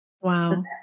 wow